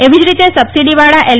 એવી જ રીતે સબસીડીવાળા એલ